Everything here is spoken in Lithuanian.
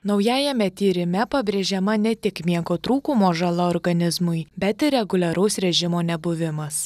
naujajame tyrime pabrėžiama ne tik miego trūkumo žala organizmui bet ir reguliaraus režimo nebuvimas